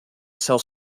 shall